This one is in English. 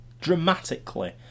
dramatically